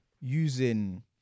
using